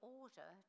order